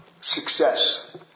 Success